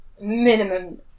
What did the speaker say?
minimum